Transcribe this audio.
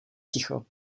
ticho